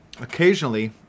occasionally